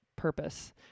purpose